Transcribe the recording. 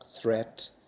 threat